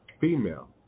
female